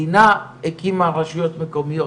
מדינה הקימה רשויות מקומיות